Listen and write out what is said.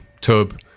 tub